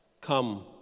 come